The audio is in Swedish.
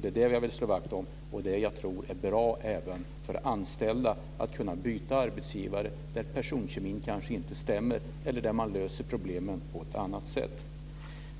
Det är det som jag vill slå vakt om, och det är det som jag tror är bra även för anställda, dvs. att kunna byta arbetsgivare när personkemin kanske inte stämmer eller att kunna lösa problemen på ett annat sätt.